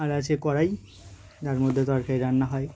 আর আছে কড়াই যার মধ্যে তরকারি রান্না হয়